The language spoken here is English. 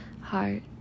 heart